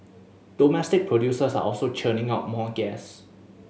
domestic producers are also churning out more gas